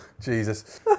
Jesus